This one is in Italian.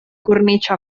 cornice